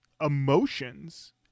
emotions